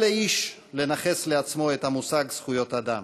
אל לאיש לנכס לעצמו את המושג זכויות אדם.